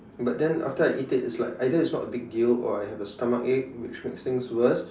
but then after I eat it it's like either it's not a big deal or I have a stomachache which makes things worse